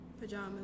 Pajamas